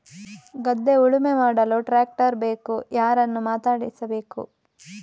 ಗದ್ಧೆ ಉಳುಮೆ ಮಾಡಲು ಟ್ರ್ಯಾಕ್ಟರ್ ಬೇಕು ಯಾರನ್ನು ಮಾತಾಡಿಸಬೇಕು?